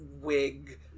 wig